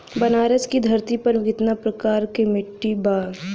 बनारस की धरती पर कितना प्रकार के मिट्टी बा?